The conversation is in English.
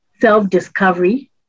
self-discovery